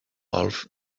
golf